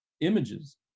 images